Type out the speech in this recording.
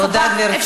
תודה, גברתי.